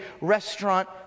restaurant